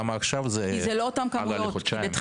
למה עכשיו זה עלה לחודשיים?